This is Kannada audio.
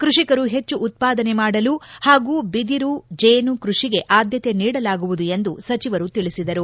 ಕೃಷಿಕರು ಪೆಚ್ಚು ಉತ್ಪಾದನೆ ಮಾಡಲು ಪಾಗೂ ಬಿದಿರು ಜೇನು ಕ್ಲಷಿಗೆ ಆದ್ಲತೆ ನೀಡಲಾಗುವುದು ಎಂದು ಸಚಿವರು ತಿಳಿಸಿದರು